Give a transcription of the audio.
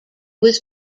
was